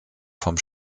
vom